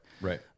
Right